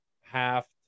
half